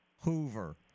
Hoover